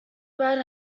bad